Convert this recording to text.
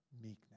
meekness